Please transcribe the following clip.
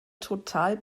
total